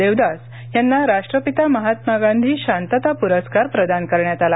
देवदास यांना राष्ट्रपिता महात्मा गांधी शांतता पुरस्कार प्रदान करण्यात आला